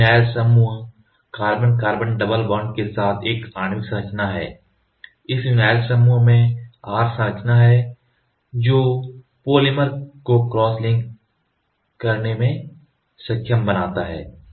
एक विनाइल समूह carbon carbon double bond के साथ एक आणविक संरचना है इस विनाइल समूह में R संरचना है जो फोटोपॉलीमर को क्रॉस लिंक करने में सक्षम बनाता है